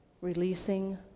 releasing